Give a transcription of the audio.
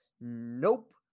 nope